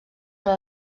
per